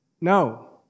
No